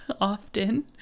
often